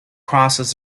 crosses